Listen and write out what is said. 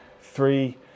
three